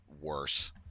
worse